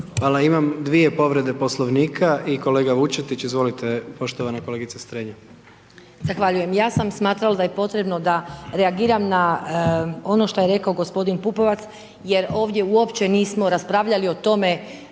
(HDZ)** Imam dvije povrede Poslovnika i kolega Vučetić, izvolite poštovana kolegica Strenja. **Strenja, Ines (MOST)** Zahvaljujem. Ja sam smatrala da je potrebno da reagiram na ono što je rekao g. Pupovac jer ovdje uopće nismo raspravljali o tome,